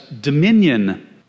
dominion